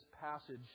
passage